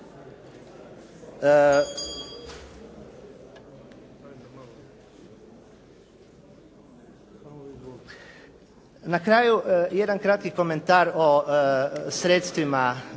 Na kraju jedan kratki komentar o sredstvima